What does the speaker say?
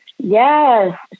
Yes